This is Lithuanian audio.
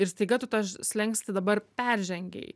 ir staiga tu tą slenkstį dabar peržengei